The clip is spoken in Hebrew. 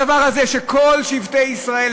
הדבר הזה שכל שבטי ישראל,